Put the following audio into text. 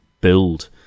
build